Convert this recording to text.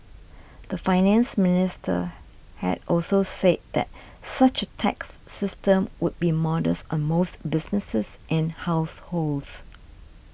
the Finance Minister had also said that such a tax system would be modest on most businesses and households